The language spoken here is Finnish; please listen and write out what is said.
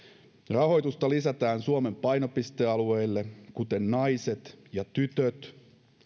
rahoitusta lisätään suomen painopistealueille kuten naiset ja tytöt